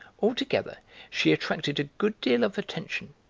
altogether she attracted a good deal of attention,